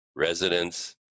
residents